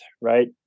right